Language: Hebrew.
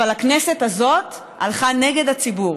אבל הכנסת הזאת הלכה נגד הציבור.